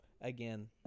again